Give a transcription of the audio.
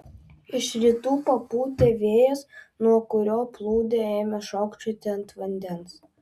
iš rytų papūtė vėjas nuo kurio plūdė ėmė šokčioti ant vandens